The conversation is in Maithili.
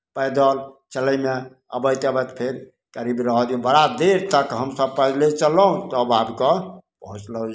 पैदल चलयमे अबैत अबैत फेर करीब रहय दियौ बड़ा देर तक हमसभ पैदले चललहुँ तब आबि कऽ पहुँचलहुँ